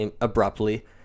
abruptly